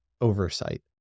oversight